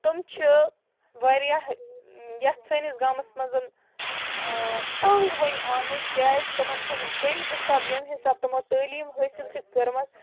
تِم چھِ واریاہ یَتھ سٲنِس گامَس منٛز تنٛگ وٕنۍ آمٕتۍ کیازِ تِمَن چھِنہہ تَمہِ حِساب ییٚمہِ حِساب تِمو تٲلیٖم حٲصِل چھِ کٔرمٕژ